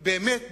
באמת,